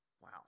wow